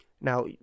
Now